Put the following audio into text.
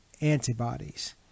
antibodies